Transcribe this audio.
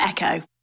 Echo